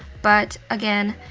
but, again,